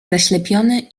zaślepiony